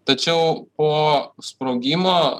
tačiau po sprogimo